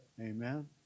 Amen